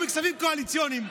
הוא מכספים קואליציוניים.